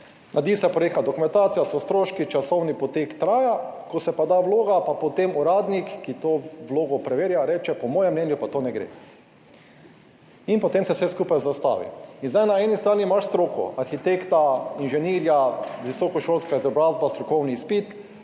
naredi se projektna dokumentacija, so stroški, časovni potek traja, ko se pa da vloga, pa potem uradnik, ki to vlogo preverja reče, po mojem mnenju pa to ne gre in potem se vse skupaj zaustavi. In zdaj, na eni strani imaš stroko, arhitekta, inženirja, visokošolska izobrazba, strokovni izpit,